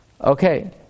Okay